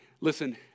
Listen